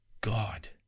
God